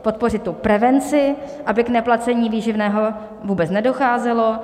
Podpořit prevenci, aby k neplacení výživného vůbec nedocházelo.